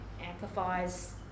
amplifies